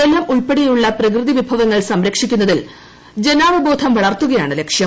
ജലം ഉൾപ്പെടെയുള്ള പ്രകൃതിവിഭവങ്ങൾസംരക്ഷിക്കുന്നതിൽ ജനാവബോധം വളർത്തുകയാണ്ലക്ഷ്യം